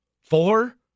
Four